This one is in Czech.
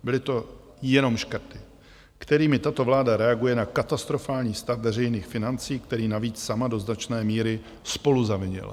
Byly by to jenom škrty, kterými tato vláda reaguje na katastrofální stav veřejných financí, který navíc sama do značné míry spoluzavinila.